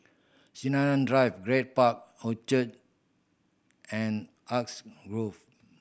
Sinaran Drive Grad Park Orchard and Grove